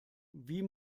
wie